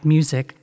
Music